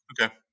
Okay